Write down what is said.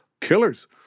killers